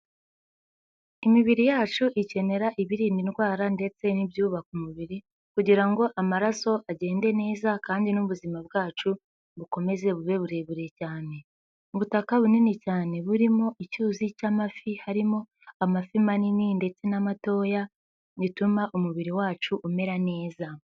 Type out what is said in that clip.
Imibiri yacu ikenera ibirinda indwara ndetse n'ibyubaka umubiri kugira ngo amaraso agende neza kandi n'ubuzima bwacu bukomeze bube burebure cyane, ubutaka bunini cyane burimo icyuzi cy'amafi, harimo amafi manini ndetse n'amatoya, bituma umubiri wacu umera neza.